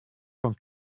fan